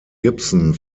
gibson